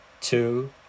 two